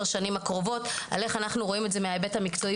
השנים הקרובות על איך אנחנו רואים את זה מההיבט המקצועי